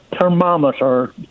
thermometer